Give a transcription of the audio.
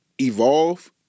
evolve